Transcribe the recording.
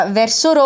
verso